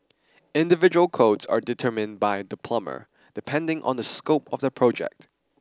individual quotes are determined by the plumber depending on the scope of the project